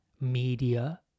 media